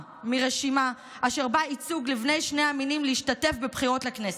מרשימה אשר אין בה ייצוג לבני שני המינים להשתתף בבחירות לכנסת,